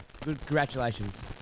congratulations